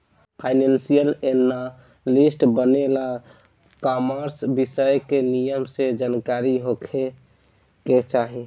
financial analyst बने ला commerce विषय के निमन से जानकारी होखे के चाही